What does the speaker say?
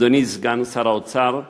אדוני סגן שר האוצר,